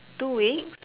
too weeks